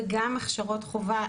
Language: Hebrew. וגם הכשרות חובה